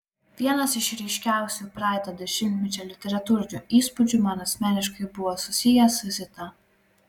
vienas iš ryškiausių praeito dešimtmečio literatūrinių įspūdžių man asmeniškai buvo susijęs su zita